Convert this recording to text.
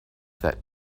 that